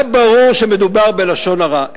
היה ברור שמדובר בלשון הרע,